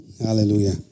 Hallelujah